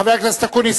חבר הכנסת אקוניס,